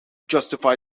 justify